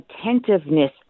attentiveness